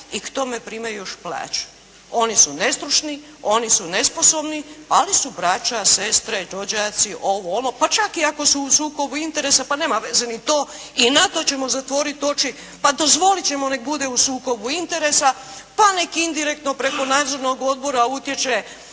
i k tome primaju još plaću. Oni su nestručni, oni su nesposobni ali su braća, sestre, rođaci, ovo, ono, pa čak i ako su u sukobu interesa, pa nema veze ni to, i na to ćemo zatvorit oči, pa dozvolit ćemo nek bude u sukobu interesa, pa nek indirektno preko nadzornog odbora utječe